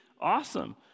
awesome